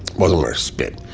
wasn't worth spit.